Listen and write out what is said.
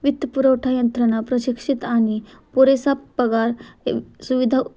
वित्त पुरवठा यंत्रणा प्रशिक्षित आणि पुरेसा पगार सुविधा